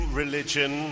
religion